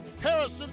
Harrison